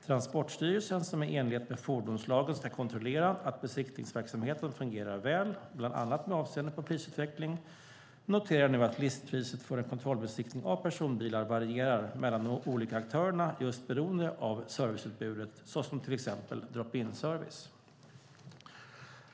Transportstyrelsen som i enlighet med fordonslagen ska kontrollera att besiktningsverksamheten fungerar väl, bland annat med avseende på prisutveckling, noterar nu att listpriset för en kontrollbesiktning av personbil varierar mellan de olika aktörerna just beroende av serviceutbudet såsom till exempel drop-in-service.